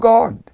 God